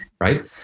right